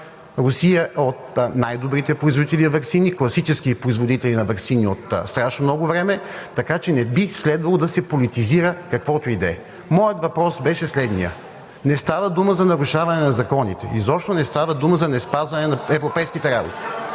Русия е от най-добрите производители на ваксини – класически и производители на ваксини от страшно много време, така че не би следвало да се политизира каквото и да е. Моят въпрос беше следният. Не става дума за нарушаване на законите, изобщо не става дума за неспазване на европейските работи.